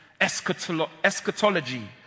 eschatology